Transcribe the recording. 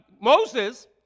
Moses